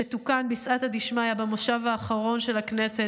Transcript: שתוקן בסייעתא דשמיא במושב האחרון של הכנסת,